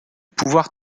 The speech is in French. pouvoir